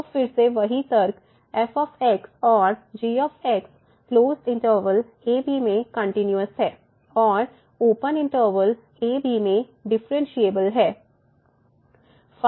तो फिर से वही तर्क f और g closed interval a b में कंटिन्यूस हैं और ओपन इंटरवल a b में डिफरेंशिएबल हैं